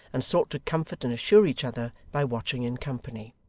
and sought to comfort and assure each other by watching in company.